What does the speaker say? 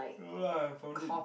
no lah I found it